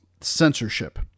censorship